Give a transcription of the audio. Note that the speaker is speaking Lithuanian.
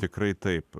tikrai taip